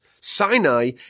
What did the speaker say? Sinai